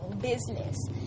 business